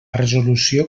resolució